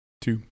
two